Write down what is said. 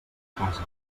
casa